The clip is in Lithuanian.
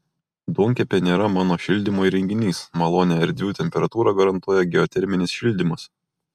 duonkepė nėra namo šildymo įrenginys malonią erdvių temperatūrą garantuoja geoterminis šildymas